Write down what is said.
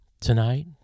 tonight